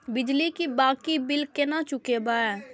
बिजली की बाकी बील केना चूकेबे?